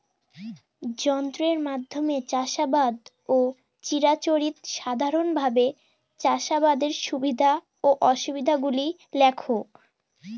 যন্ত্রের মাধ্যমে চাষাবাদ ও চিরাচরিত সাধারণভাবে চাষাবাদের সুবিধা ও অসুবিধা গুলি লেখ?